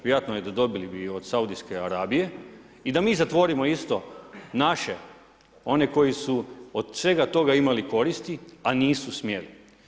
Vjerojatno dobili bi ju od Saudijske Arabije i da mi zatvorimo isto naše one koji su od svega toga imali koristi a nisu smjeli.